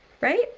right